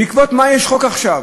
בעקבות מה יש חוק עכשיו?